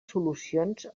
solucions